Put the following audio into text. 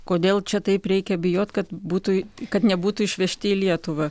kodėl čia taip reikia bijot kad būtų kad nebūtų išvežti į lietuvą